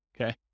okay